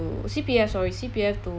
to C_P_F sorry C_P_F to